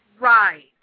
Right